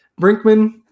Brinkman